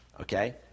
Okay